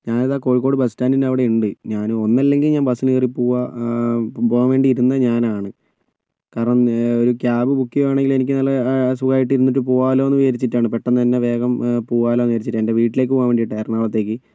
ഞാനിതാ കോഴിക്കോട് ബസ് സ്റ്റാൻഡിന്റെ അവിടെ ഉണ്ട് ഞാനും ഒന്നിലെങ്കിൽ ഞാൻ ബസിൽ കയറി പൂവ പോകാൻ വേണ്ടിയിരുന്ന ഞാനാണ് കാരണം ഒര് ക്യാബ് ബുക്ക് ചെയ്യുകയാണെങ്കിൽ എനിക്ക് നല്ല സുഖമായിട്ട് ഇരുന്നിട്ട് പോകാമല്ലൊന്ന് വിചാരിച്ചിട്ടാണ് പെട്ടെന്ന് തന്നെ വേഗം പോകാമല്ലോന്ന് വിചാരിച്ചിട്ട് എൻ്റെ വീട്ടിലേക്ക് പോകാൻ വേണ്ടിയിട്ടാണ് എറണാകുളത്തേക്ക്